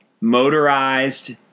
motorized